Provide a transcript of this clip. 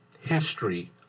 history